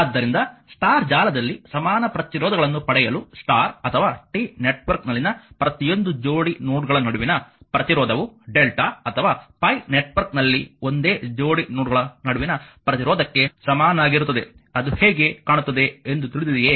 ಆದ್ದರಿಂದ ಸ್ಟಾರ್ ಜಾಲದಲ್ಲಿ ಸಮಾನ ಪ್ರತಿರೋಧಗಳನ್ನು ಪಡೆಯಲು ಸ್ಟಾರ್ ಅಥವಾ T ನೆಟ್ವರ್ಕ್ನಲ್ಲಿನ ಪ್ರತಿಯೊಂದು ಜೋಡಿ ನೋಡ್ಗಳ ನಡುವಿನ ಪ್ರತಿರೋಧವು ಡೆಲ್ಟಾ ಅಥವಾ ಪೈ ನೆಟ್ವರ್ಕ್ನಲ್ಲಿ ಒಂದೇ ಜೋಡಿ ನೋಡ್ಗಳ ನಡುವಿನ ಪ್ರತಿರೋಧಕ್ಕೆ ಸಮನಾಗಿರುತ್ತದೆ ಅದು ಹೇಗೆ ಕಾಣುತ್ತದೆ ಎಂದು ತಿಳಿದಿದೆಯೇ